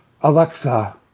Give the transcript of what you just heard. Alexa